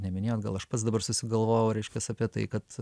neminėjot gal aš pats dabar susigalvojau reiškias apie tai kad